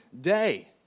day